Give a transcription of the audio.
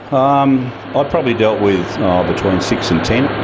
um um ah i probably dealt with between six and ten.